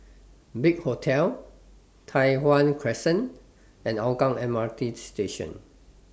Big Hotel Tai Hwan Crescent and Hougang M R T Station